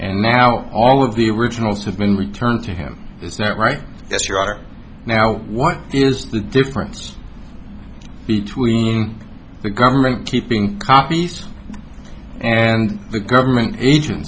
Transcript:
and now all of the originals have been returned to him is that right now what is the difference between the government keeping calm beast and the government agent